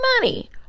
money